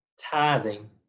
tithing